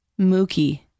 Mookie